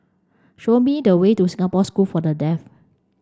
show me the way to Singapore School for the Deaf